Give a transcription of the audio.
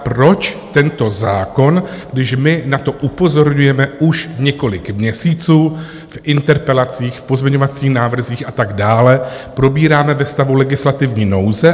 Proč tento zákon, když my na to upozorňujeme už několik měsíců v interpelacích, v pozměňovacích návrzích a tak dále, probíráme ve stavu legislativní nouze?